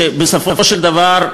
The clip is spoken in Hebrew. בסופו של דבר,